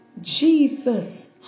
Jesus